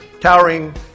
towering